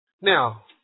Now